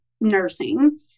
nursing